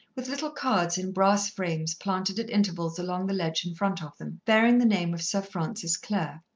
with little cards in brass frames planted at intervals along the ledge in front of them, bearing the name of sir francis clare.